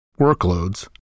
workloads